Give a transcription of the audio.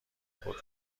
بود